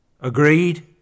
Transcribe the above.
Agreed